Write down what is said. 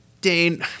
Dane